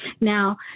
Now